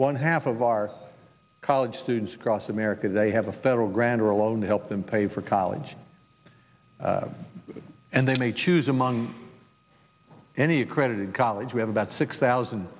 one half of our college students across america today have a federal grant or a loan to help them pay for college and then they choose among any accredited college we have about six thousand